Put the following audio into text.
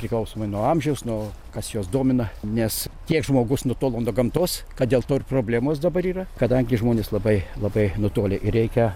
priklausomai nuo amžiaus nuo kas juos domina nes tiek žmogus nutolo nuo gamtos kad dėl to ir problemos dabar yra kadangi žmonės labai labai nutolę ir reikia